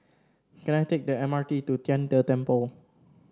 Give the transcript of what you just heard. can I take the M RT to Tian De Temple